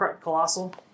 Colossal